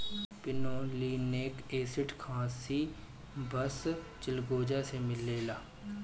pinolenic acid खासी बस चिलगोजा से मिलेला